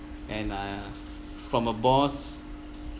and uh from a boss